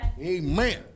Amen